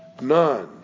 none